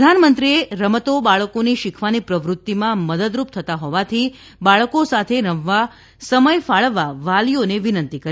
પ્રધાનમંત્રીએ રમતો બાળકોની શીખવાની પ્રવૃતિમાં મદદરૂપ થતાં હોવાથી બાળકો સાથે રમવા સમય ફાળવવા વાલીઓને વિનંતી કરી